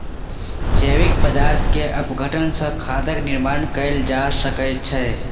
जैविक पदार्थ के अपघटन सॅ खादक निर्माण कयल जा सकै छै